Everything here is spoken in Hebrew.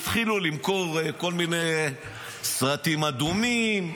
התחילו למכור כל מיני סרטים אדומים,